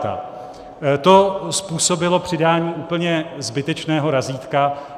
To způsobilo přidání úplně zbytečného razítka.